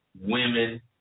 women